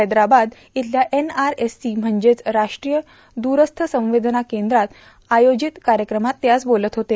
हैदराबाद इथल्या एनआरएससी म्हणजेच राष्ट्रीय द्रस्थ संवेदना कद्रात आयोजित कायक्रमात ते आज बोलत होते